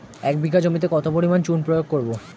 এক বিঘা জমিতে কত পরিমাণ চুন প্রয়োগ করব?